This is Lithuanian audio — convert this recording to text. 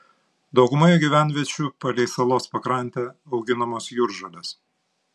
daugumoje gyvenviečių palei salos pakrantę auginamos jūržolės